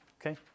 Okay